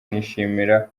nishimira